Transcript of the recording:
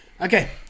okay